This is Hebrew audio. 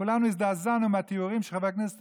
כולנו הזדעזענו מהתיאורים של חבר כנסת